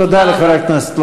תודה רבה.